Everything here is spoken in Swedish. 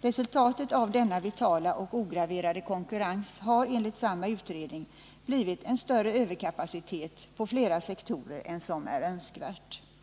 Resultatet av denna vitala och ograverade konkurrens har enligt samma utredning blivit en större överkapacitet på flera sektorer än som är önskvärt.